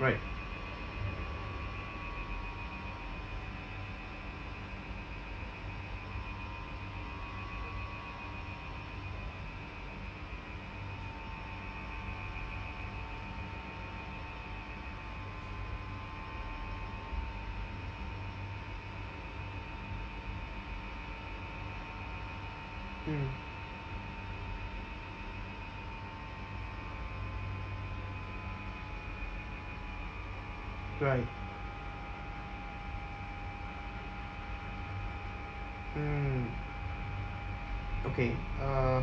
right mm right mm okay uh